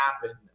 happen